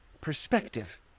perspective